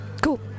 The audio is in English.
Cool